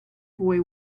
boy